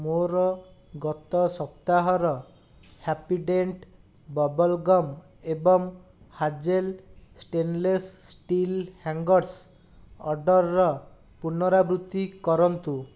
ମୋର ଗତ ସପ୍ତାହର ହ୍ୟାପିଡେଣ୍ଟ୍ ବବଲ୍ ଗମ୍ ଏବଂ ହାଜେଲ୍ ଷ୍ଟେନ୍ଲେସ୍ ଷ୍ଟିଲ୍ ହ୍ୟାଙ୍ଗର୍ସ୍ ଅର୍ଡ଼ର୍ର ପୁନରାବୃତ୍ତି କରନ୍ତୁ